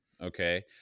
okay